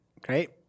Great